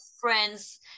friends